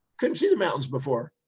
couldn't see the mountains before.